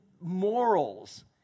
morals